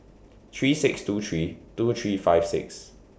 three six two three two three five six